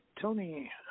Tony